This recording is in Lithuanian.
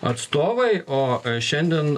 atstovai o šiandien